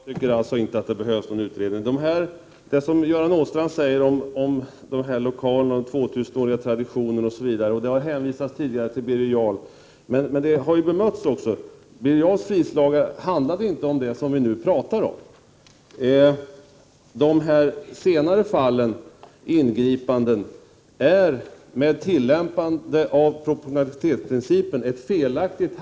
Herr talman! Jag tycker alltså att det inte behövs någon utredning. Göran Åstrand talade bl.a. om lokaler och 2 000-årig tradition, och det har tidigare hänvisats till Birger jarl. Men man har bemött resonemanget. Birger jarls fridslagar handlade inte om det som vi nu talar om. Jag vill påstå att de här senare ingripandena, med tillämpning av proportionalitet, är felaktiga.